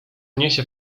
niesie